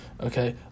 Okay